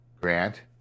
grant